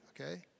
okay